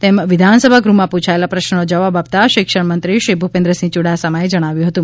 તેમ વિધાનસભા ગૃહમાં પૂછાયેલા પ્રશ્નનો જવાબ આપતા શિક્ષણ મંત્રી શ્રી ભૂપેન્દ્રસિંહ યૂડાસમાએ જણાવ્યું હતું